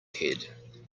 head